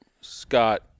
Scott